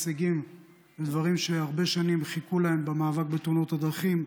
הישגים ודברים שהרבה שנים חיכו להם במאבק בתאונות הדרכים,